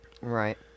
Right